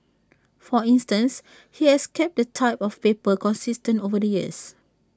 for instance he has kept the type of paper consistent over the years